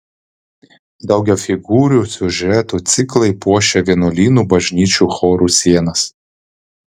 daugiafigūrių siužetų ciklai puošė vienuolynų bažnyčių chorų sienas